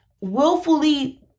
willfully